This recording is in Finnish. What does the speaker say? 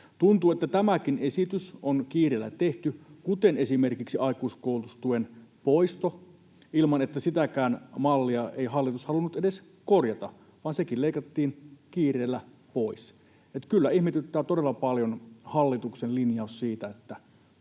Tuntuu, että tämäkin esitys on kiireellä tehty, kuten esimerkiksi aikuiskoulutustuen poisto — sitäkään mallia ei hallitus halunnut edes korjata, vaan sekin leikattiin kiireellä pois. Kyllä ihmetyttää todella paljon hallituksen linjaus siitä,